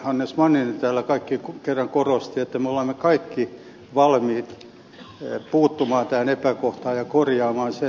hannes manninen kerran korosti että me olemme kaikki valmiit puuttumaan tähän epäkohtaan ja korjaamaan sen